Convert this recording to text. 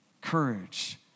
courage